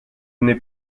n’est